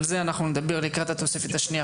על זה אנחנו נדבר לקראת התוספת השנייה,